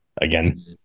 again